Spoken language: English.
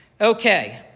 Okay